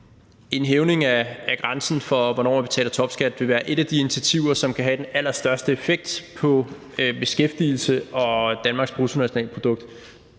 at hæve grænsen for, hvornår man betaler topskat, vil være et af de initiativer, som kan have den allerstørste effekt på beskæftigelse og Danmarks bruttonationalprodukt.